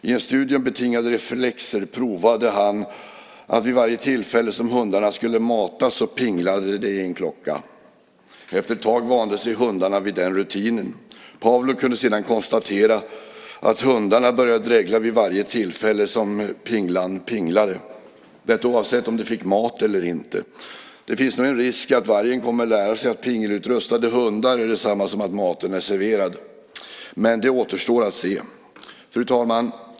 I en studie om betingade reflexer provade han att vid varje tillfälle som hundarna skulle matas pingla i en klocka. Efter ett tag vande sig hundarna vid den rutinen. Pavlov kunde sedan konstatera att hundarna började dregla vid varje tillfälle som pinglan pinglade, oavsett om de fick mat eller inte. Det finns nog en risk för att vargen kommer att lära sig att pingelutrustade hundar är detsamma som att maten är serverad, men det återstår att se. Fru talman!